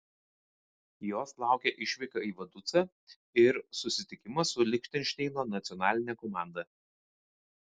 jos laukia išvyka į vaducą ir susitikimas su lichtenšteino nacionaline komanda